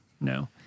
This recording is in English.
no